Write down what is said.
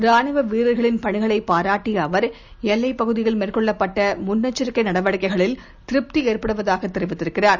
ராணுவவீரர்களின்பணிகளைபாராட்டியஅவர் எல்லைப்பகுதியில்மேற்கொள்ளப்பட்டமுன்னெச்சரிக்கைநடவடிக்கைகளில்திருப்தி ஏற்படுவதாகதெரிவித்திருக்கிறார்